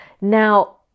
Now